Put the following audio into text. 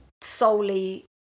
solely